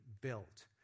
built